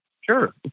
sure